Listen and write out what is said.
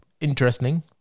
Interesting